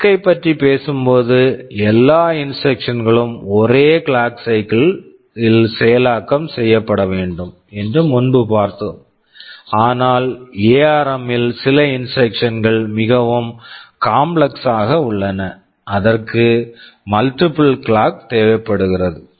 risk RISC ஐப் பற்றி பேசும்போது எல்லா இன்ஸ்ட்ரக்சன் instructions களும் ஒரே கிளாக் சைக்கிள் clock cycle ல் செயலாக்கம் செய்யப்படவேண்டும் என்று முன்பு பார்த்தோம் ஆனால் எஆர்ம் ARM ல் சில இன்ஸ்ட்ரக்சன் instructions கள் மிகவும் காம்ப்ளக்ஸ் complex ஆக உள்ளன அதற்கு மல்டிப்பிள் கிளாக் multiple clock தேவைப்படுகிறது